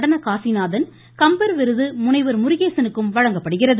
நடன காசிநாதன் கம்பர் விருது முனைவர் முருகேசனுக்கும் வழங்கப்படுகிறது